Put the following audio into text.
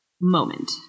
moment